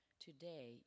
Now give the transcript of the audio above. Today